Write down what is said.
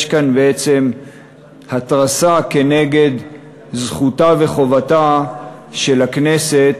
יש כאן בעצם התרסה כנגד זכותה וחובתה של הכנסת